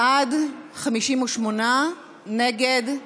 בעד, 58, נגד,